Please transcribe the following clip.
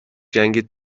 جنگ